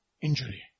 injury